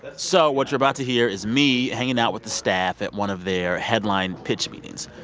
but so what you're about to hear is me hanging out with the staff at one of their headline pitch meetings.